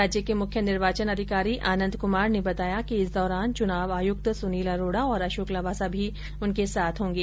राज्य के मुख्य निर्वाचन अधिकारी आनंद कुमार ने बताया कि इस दौरान चुनाव आयुक्त सुनील अरोड़ा और अशोक लवासा भी उनके साथ होंगे